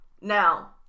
Now